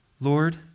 Lord